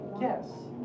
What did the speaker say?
Yes